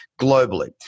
Globally